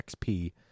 XP